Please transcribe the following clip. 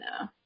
no